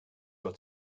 your